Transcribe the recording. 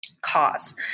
cause